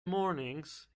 mornings